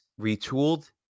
retooled